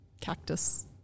cactus